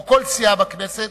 או כל סיעה בכנסת,